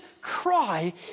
cry